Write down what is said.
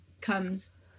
comes